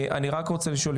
אני רק רוצה לשאול,